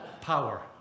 Power